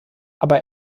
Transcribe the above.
aber